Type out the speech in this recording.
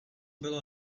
bylo